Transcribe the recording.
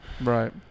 right